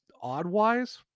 odd-wise